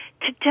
today